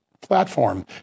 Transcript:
platform